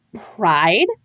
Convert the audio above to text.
pride